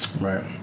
Right